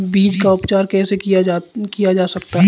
बीज का उपचार कैसे किया जा सकता है?